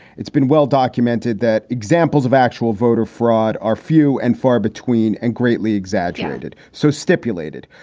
it's been well-documented that examples of actual voter fraud are few and far between and greatly exaggerated. so stipulated.